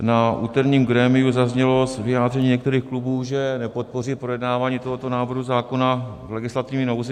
Na úterním grémiu zaznělo vyjádření některých klubů, že nepodpoří projednávání tohoto návrhu zákona v legislativní nouzi.